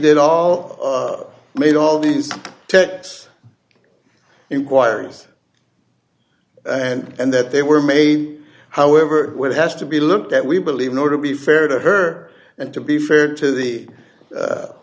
did all made all these tax inquiries and that they were made however what has to be looked at we believe in order to be fair to her and to be fair to the